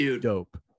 dope